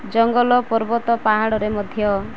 ଜଙ୍ଗଲ ପର୍ବତ ପାହାଡ଼ରେ ମଧ୍ୟ